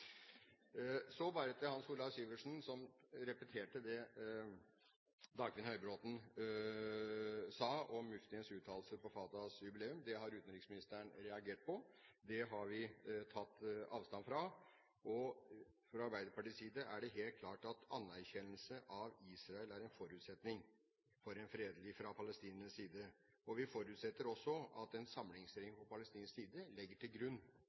Bare til Hans Olav Syversen, som repeterte det Dagfinn Høybråten sa om muftiens uttalelse på Fatahs jubileum. Det har utenriksministeren reagert på, det er tatt avstand fra. Fra Arbeiderpartiets side er det helt klart at anerkjennelse av Israel fra palestinernes side er en forutsetning for en fredelig løsning. Vi forutsetter også at en samlingsregjering på palestinsk side legger til grunn